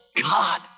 God